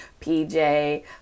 PJ